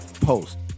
Post